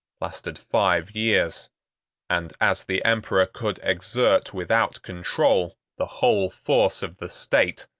lasted five years and as the emperor could exert, without control, the whole force of the state,